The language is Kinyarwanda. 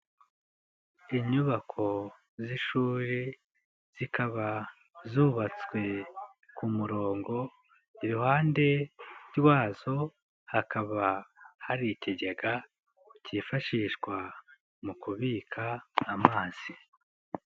Inyubako z'ishuri zikaba zubatswe ku murongo. Iruhande rwazo hakaba hari ikigega kifashishwa mu kubika amazi.